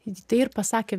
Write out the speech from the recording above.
tai ir pasakė